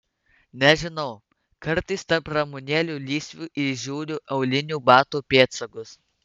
nežinau kartais tarp ramunėlių lysvių įžiūriu aulinių batų pėdsakus